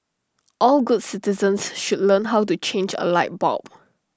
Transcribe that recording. all good citizens should learn how to change A light bulb